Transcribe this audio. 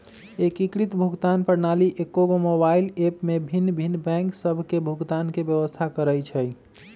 एकीकृत भुगतान प्रणाली एकेगो मोबाइल ऐप में भिन्न भिन्न बैंक सभ के भुगतान के व्यवस्था करइ छइ